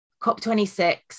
COP26